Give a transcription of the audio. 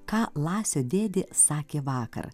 ką lasio dėdė sakė vakar